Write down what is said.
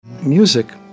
music